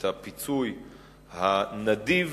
את הפיצוי הנדיב